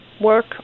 work